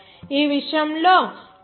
ఈ విషయంలో టి